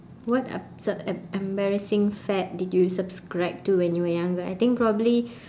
what up~ s~ em~ embarrassing fad did you subscribe to when you were younger I think probably